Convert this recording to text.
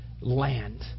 land